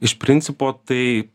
iš principo tai